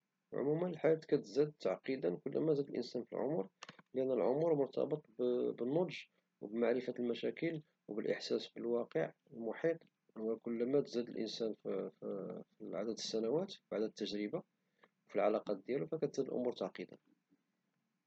في الحقيقة هدي هي القاعدة، ملي كنزيدو في العمر كتبنا مجموعة ديال الحقائق ومجموعة ديال الحاجات لي ممكن أنها كتعقدلنا الحياة ديالنا وكتعقد حتى الحياة ديال الآخرين، مسألة السن حتى هي كترتبط بالنضج وكترتبط بالوعي بالمشاكل لي كتطرح وبالتالي كتزيد الأمور تعقد.